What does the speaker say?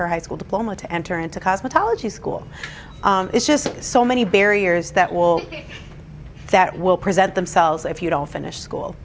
her high school diploma to enter into cosmetology school it's just so many barriers that will that will present themselves if you don't finish school